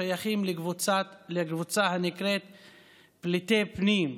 שייכים לקבוצה הנקראת פליטי-פנים,